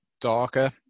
darker